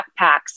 backpacks